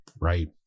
right